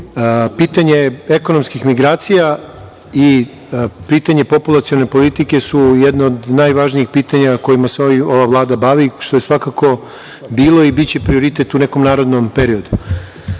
pitanje ekonomskih migracija i pitanje populacione politike su jedno od najvažnijih pitanja kojima se ova Vlada bavi, što je svakako bilo i biće prioritet u nekom narednom periodu. Čuli